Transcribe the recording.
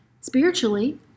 Spiritually